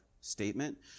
statement